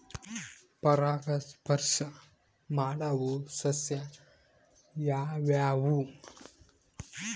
ಪರಾಗಸ್ಪರ್ಶ ಮಾಡಾವು ಸಸ್ಯ ಯಾವ್ಯಾವು?